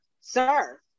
sir